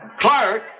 Clark